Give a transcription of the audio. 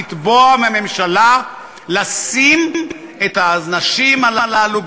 לתבוע מהממשלה לשים את האנשים הללו,